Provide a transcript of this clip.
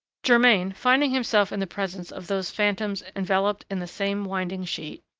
germain, finding himself in the presence of those phantoms enveloped in the same winding-sheet,